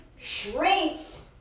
shrinks